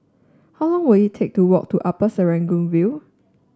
how long will it take to walk to Upper Serangoon View